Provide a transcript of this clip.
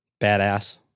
badass